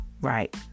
Right